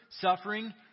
suffering